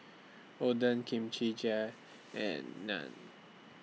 Oden Kimchi and Naan